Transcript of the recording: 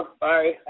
Bye